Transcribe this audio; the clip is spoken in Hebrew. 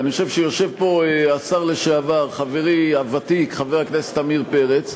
יושב פה השר לשעבר חברי הוותיק חבר הכנסת עמיר פרץ,